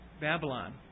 Babylon